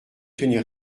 tenir